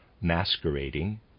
masquerading